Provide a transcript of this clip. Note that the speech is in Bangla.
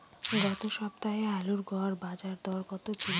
গত সপ্তাহে আলুর গড় বাজারদর কত ছিল?